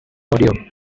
bordeaux